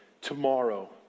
tomorrow